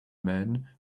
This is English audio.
man